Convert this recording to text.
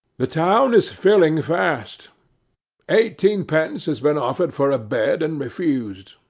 the town is filling fast eighteenpence has been offered for a bed and refused.